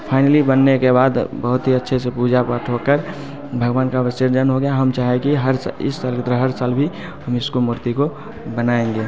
finally बनने के बाद बहुत ही अच्छे से पूजा पाठ होकर भगवान का विसर्जन हो गया हम चाहे की हर इस साल की तरह हर साल भी हम इसको मूर्ति को बनाएंगे